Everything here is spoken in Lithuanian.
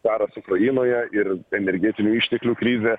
karas ukrainoje ir energetinių išteklių krizė